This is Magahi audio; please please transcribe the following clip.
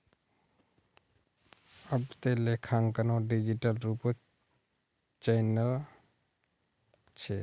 अब त लेखांकनो डिजिटल रूपत चनइ वल छ